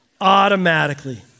automatically